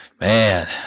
Man